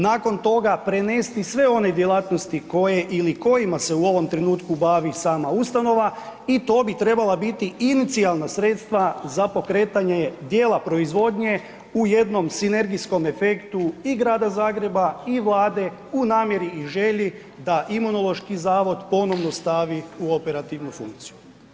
Nakon toga prenesti sve one djelatnosti koje ili kojima se u ovom trenutku bavi sama ustanova i to bi trebala biti inicijalna sredstva za pokretanje dijela proizvodnje u jednom sinergijskom efektu i Grada Zagreba i Vlade u namjeri i želji da Imunološki zavod ponovno stavi u operativnu funkciju.